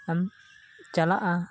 ᱮᱢ ᱪᱟᱞᱟᱜᱼᱟ